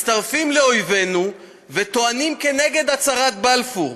מצטרפים לאויבינו וטוענים כנגד הצהרת בלפור.